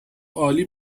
عالی